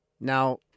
Now